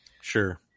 sure